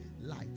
light